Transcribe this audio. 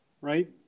right